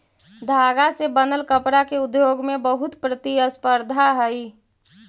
धागा से बनल कपडा के उद्योग में बहुत प्रतिस्पर्धा हई